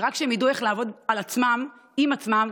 ורק כשהם ידעו איך לעבוד על עצמם עם עצמם,